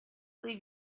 leave